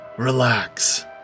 Relax